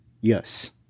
Yes